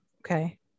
okay